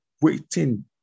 waiting